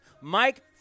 Mike